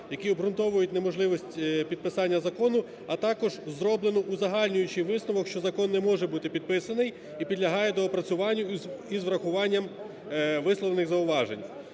які обґрунтовують неможливість підписання закону, а також зроблено узагальнюючий висновок, що закон не може бути підписаний і підлягає доопрацюванню із врахуванням висловлених зауважень.